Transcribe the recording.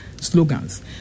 slogans